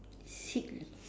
seek